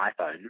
iPhone